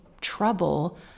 trouble